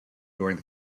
during